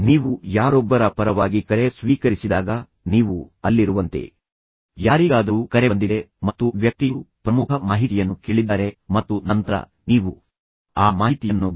ನೀವು ಯಾರೊಬ್ಬರ ಪರವಾಗಿ ಕರೆ ಸ್ವೀಕರಿಸಿದಾಗ ನೀವು ಅಲ್ಲಿರುವಂತೆ ಯಾರಿಗಾದರೂ ಕರೆ ಬಂದಿದೆ ಮತ್ತು ನಂತರ ವ್ಯಕ್ತಿಯು ಕೆಲವು ಪ್ರಮುಖ ಮಾಹಿತಿಯನ್ನು ಮಾಡಲು ನಿಮ್ಮನ್ನು ಕೇಳಿದ್ದಾರೆ ಮತ್ತು ನಂತರ ನೀವು ಆ ಮಾಹಿತಿಯನ್ನು ಗಮನಿಸಿ ಮತ್ತು ನಂತರ ನೀವು ಅದನ್ನು ಇತರ ವ್ಯಕ್ತಿಗೆ ರವಾನಿಸಬೇಕು